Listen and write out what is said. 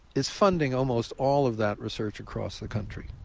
is funding almost all of that research across the country.